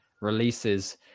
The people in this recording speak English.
releases